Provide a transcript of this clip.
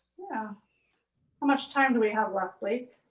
yeah much time do we have left, blake?